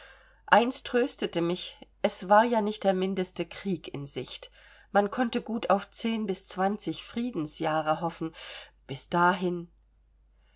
eins tröstete mich es war ja nicht der mindeste krieg in sicht man konnte gut auf zehn bis zwanzig friedensjahre hoffen bis dahin